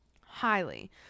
highly